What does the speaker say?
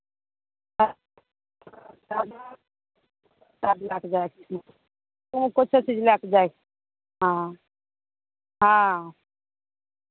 ओ कोनसभ चीज लऽ कऽ जाइ छै तू कोन कोन चीज लए कऽ जाइ छी हँ हँ